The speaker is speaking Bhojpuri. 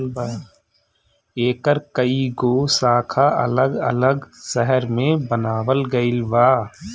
एकर कई गो शाखा अलग अलग शहर में बनावल गईल बा